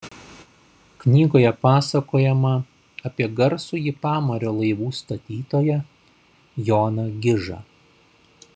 knygoje pasakojama apie garsųjį pamario laivų statytoją joną gižą